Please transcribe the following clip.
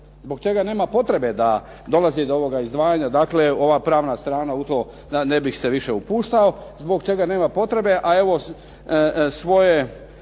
zbog čega nema potrebe da dolazi do ovoga izdvajanja. Dakle, ova pravna strana u to ne bih se više upuštao, zbog čega nema potrebe. A evo svoje